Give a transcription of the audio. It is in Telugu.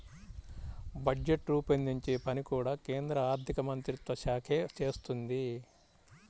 బడ్జెట్ రూపొందించే పని కూడా కేంద్ర ఆర్ధికమంత్రిత్వ శాఖే చేస్తుంది